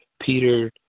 Peter